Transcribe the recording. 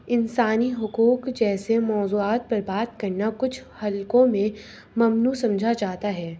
انسانی حقوق جیسے موضوعات پر بات کرنا کچھ حلقوں میں ممنوع سمجھا جاتا ہے